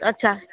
আচ্ছা